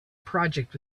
project